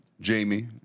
Jamie